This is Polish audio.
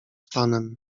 panem